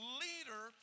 leader